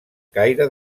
caire